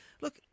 look